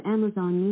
Amazon